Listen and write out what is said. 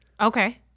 Okay